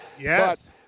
Yes